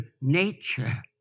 nature